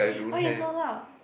why you so loud